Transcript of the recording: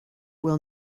will